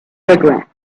regrets